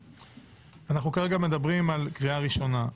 אנחנו כרגע מדברים על הקריאה הראשונה.